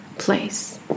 Place